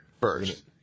First